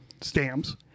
stamps